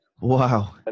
Wow